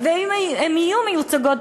ואם הן יהיו מיוצגות,